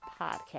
podcast